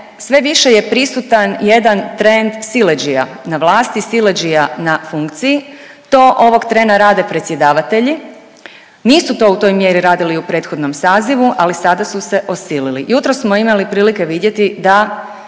sve više je prisutan jedan trend siledžija na vlasti, siledžija na funkciji. To ovog trena rade predsjedavatelji. Nisu to u toj mjeri radili u prethodnom sazivu ali sada su se osilili. Jutros smo imali prilike vidjeti da